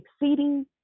exceeding